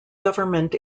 government